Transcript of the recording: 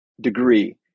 degree